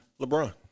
LeBron